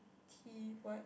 T what